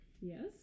Yes